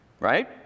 Right